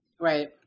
right